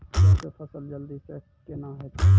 गेहूँ के फसल जल्दी से के ना होते?